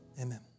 Amen